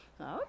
okay